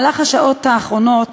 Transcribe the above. בשעות האחרונות